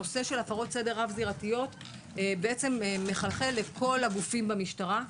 הנושא של הפרות סדר רב-זירתיות מחלחל לכל הגופים במשטרה.